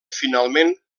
finalment